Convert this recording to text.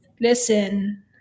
listen